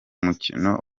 mukino